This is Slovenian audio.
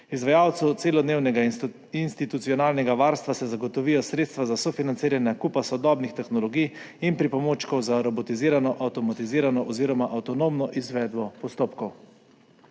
Izvajalcu celodnevnega institucionalnega varstva se zagotovijo sredstva za sofinanciranje nakupa sodobnih tehnologij in pripomočkov za robotizirano, avtomatizirano oziroma avtonomno izvedbo postopkov.